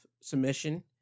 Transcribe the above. submission